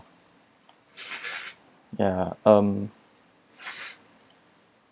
yeah um